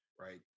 right